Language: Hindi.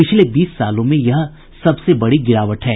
पिछले बीस सालों में यह सबसे बड़ी गिरावट है